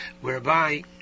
whereby